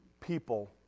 People